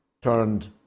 turned